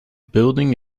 building